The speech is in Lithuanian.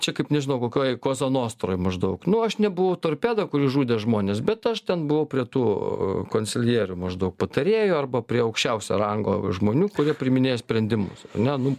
čia kaip nežinau kokioj koza nostroj maždaug nu aš nebuvau torpeda kuri žudė žmones bet aš ten buvau prie tų konsiljierių maždaug patarėjų arba prie aukščiausio rango žmonių kurie priiminėjo sprendimus ar ne nu